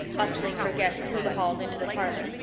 bustling her guests through the hall into the parlor,